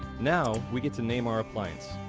now, we get to name our appliance.